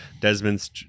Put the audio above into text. desmond's